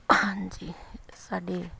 ਹਾਂਜੀ ਸਾਡੇ